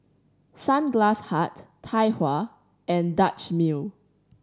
Sunglass Hut Tai Hua and Dutch Mill